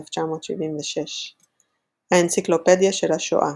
1976. האנציקלופדיה של השואה,